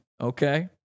okay